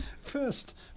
first